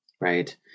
Right